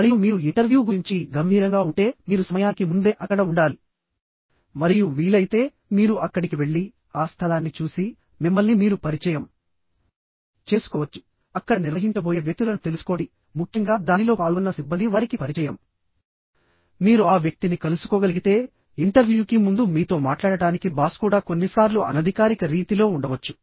మరియు మీరు ఇంటర్వ్యూ గురించి గంభీరంగా ఉంటే మీరు సమయానికి ముందే అక్కడ ఉండాలి మరియు వీలైతే మీరు అక్కడికి వెళ్లి ఆ స్థలాన్ని చూసి మిమ్మల్ని మీరు పరిచయం చేసుకోవచ్చు అక్కడ నిర్వహించబోయే వ్యక్తులను తెలుసుకోండి ముఖ్యంగా దానిలో పాల్గొన్న సిబ్బంది వారికి పరిచయం మీరు ఆ వ్యక్తిని కలుసుకోగలిగితే ఇంటర్వ్యూకి ముందు మీతో మాట్లాడటానికి బాస్ కూడా కొన్నిసార్లు అనధికారిక రీతిలో ఉండవచ్చు